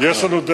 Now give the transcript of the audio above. יש לנו,